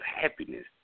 happiness